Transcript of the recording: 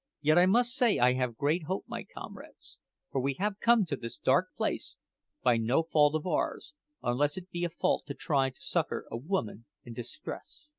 yet i must say i have great hope, my comrades for we have come to this dark place by no fault of ours unless it be a fault to try to succour a woman in distress.